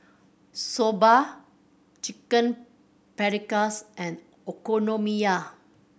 Soba Chicken Paprikas and Okonomiyaki